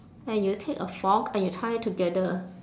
and you take a fork and you tie it together